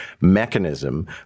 mechanism